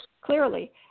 clearly